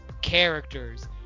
characters